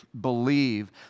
believe